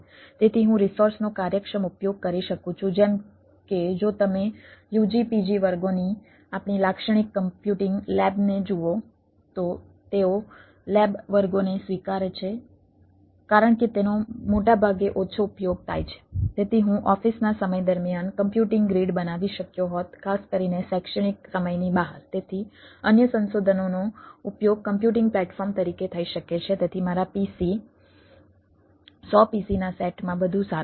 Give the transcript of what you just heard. તેથી હું રિસોર્સનો કાર્યક્ષમ ઉપયોગ કરી શકું છું જેમ કે જો તમે UG PG વર્ગોની આપણી લાક્ષણિક કોમ્પ્યુટિંગ લેબ માં બધું સારું છે